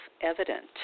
evident